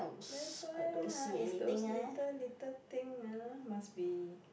then here ah is those little little thing ah must be